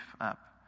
up